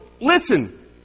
listen